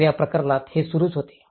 तर या प्रकरणात हे सुरूच होते